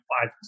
five